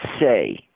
say